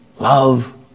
Love